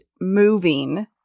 moving